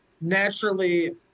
naturally